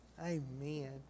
Amen